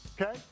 okay